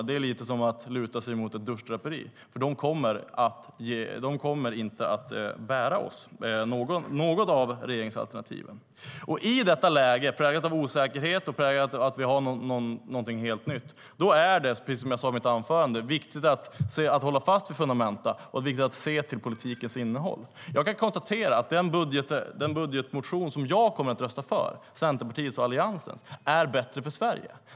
De kommer inte att bära något av regeringsalternativen.I detta läge, präglat av osäkerhet och någonting helt nytt, är det - precis som jag sade i mitt anförande - viktigt att hålla fast vid fundamenta och se till politikens innehåll. Jag kan konstatera att den budgetmotion som jag kommer att rösta för, Centerpartiets och Alliansens, är bättre för Sverige.